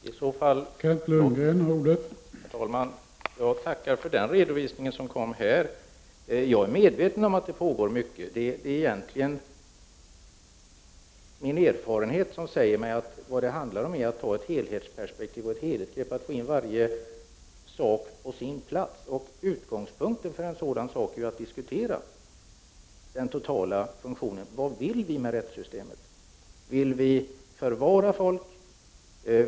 Herr talman! Jag tackar för denna redovisning. Jag är medveten om att mycket pågår. Min erfarenhet säger mig att vad det här handlar om är att se frågan i ett helhetsperspektiv, att ha ett helhetsgrepp och att få in varje sak på sin plats. Utgångspunkter för detta är ju att diskutera den totala funktionen. Vad vill vi med rättssystemet? Vill vi förvara folk?